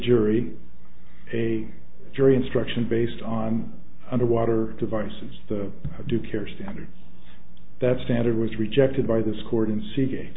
jury a jury instruction based on underwater devices the due care standard that standard was rejected by this court in se